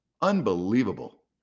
Unbelievable